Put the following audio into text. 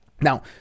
Now